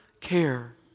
care